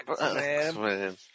man